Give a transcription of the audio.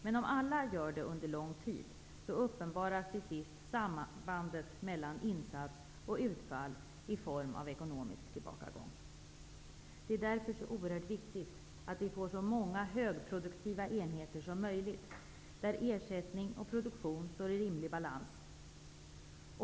Men om alla gör det under lång tid, uppenbaras till sist sambandet mellan insats och utfall i form av ekonomisk tillbakagång. Det är därför så oerhört viktigt att vi får så många högproduktiva enheter som möjligt, där ersättning och produktion står i rimlig balans.